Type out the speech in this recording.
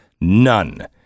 None